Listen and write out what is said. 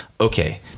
okay